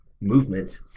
movement